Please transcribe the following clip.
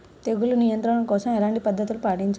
తెగులు నియంత్రణ కోసం ఎలాంటి పద్ధతులు పాటించాలి?